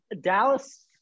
Dallas